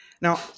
Now